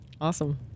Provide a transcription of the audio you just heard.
Awesome